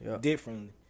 differently